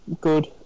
good